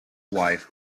wife